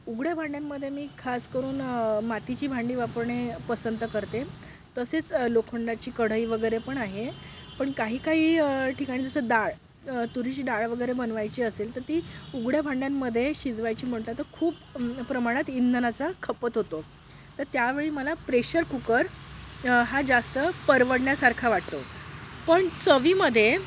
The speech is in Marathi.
उघड्या भांड्यांमध्ये मी खास करून मातीची भांडी वापरणे पसंत करते तसेच लोखंडाची कढई वगैरे पण आहे पण काही काही ठिकाणी जसं डाळ तुरीची डाळ वगैरे बनवायची असेल तर ती उघड्या भांड्यांमध्ये शिजवायची म्हटलं तर खूप प्रमाणात इंधनाचा खपत होतो तर त्यावेळी मला प्रेशर कुकर हा जास्त परवडण्यासारखा वाटतो पण चवीमध्ये